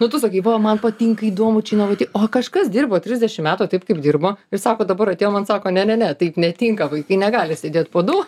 nu tu sakai va man patinka įdomu čia inovatyv o kažkas dirbo trisdešimt metų taip kaip dirbo ir sako dabar atėjo man sako ne ne ne taip netinka vaikai negali sėdėt po du